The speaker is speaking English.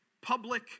public